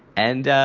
and,